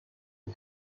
های